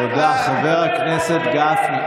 תודה, חבר הכנסת גפני.